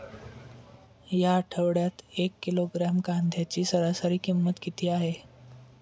या आठवड्यात एक किलोग्रॅम कांद्याची सरासरी किंमत किती आहे?